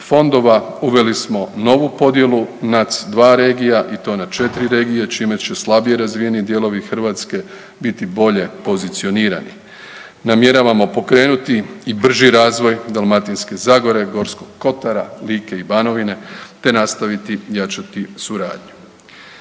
uveli smo novu podjelu NUTS-2 regija i to na 4 regije čime će slabije razvijeni dijelovi Hrvatske biti bolje pozicionirani. Namjeravamo pokrenuti i brži razvoj Dalmatinske zagore, Gorskog kotara, Like i Banovine, te nastaviti jačati suradnju.